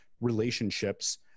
relationships